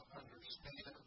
understand